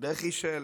בכי של